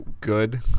good